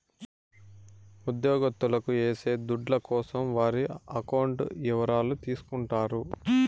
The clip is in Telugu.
ఉద్యోగత్తులకు ఏసే దుడ్ల కోసం వారి అకౌంట్ ఇవరాలు తీసుకుంటారు